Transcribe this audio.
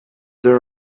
there